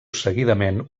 seguidament